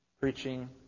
preaching